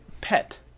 Pet